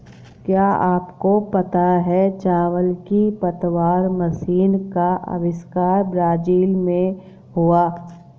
क्या आपको पता है चावल की पतवार मशीन का अविष्कार ब्राज़ील में हुआ